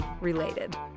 related